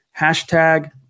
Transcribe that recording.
Hashtag